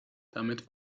damit